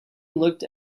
looked